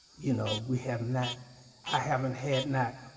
you know, we have not i haven't had not